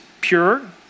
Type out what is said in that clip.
pure